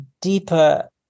deeper